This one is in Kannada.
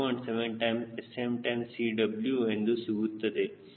7∗𝑆M ∗ 𝑐w ಎಂದು ಸಿಗುತ್ತದೆ